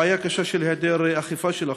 בעיה קשה של היעדר אכיפה של החוק.